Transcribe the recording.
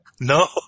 No